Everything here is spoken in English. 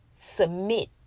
submit